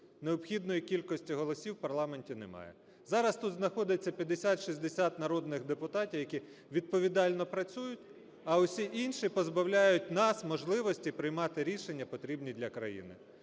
необхідної кількості голосів в парламенті немає. Зараз тут знаходяться 50-60 народних депутатів, які відповідально працюють, а усі інші позбавляють нас можливості приймати рішення, потрібні для країни.